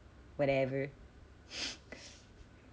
whatever